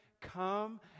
come